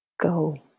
go